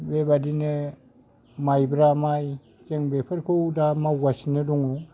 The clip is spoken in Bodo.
बेबायदिनो माइब्रा माइ जों बेफोरखौ दा मावगासिनो दङ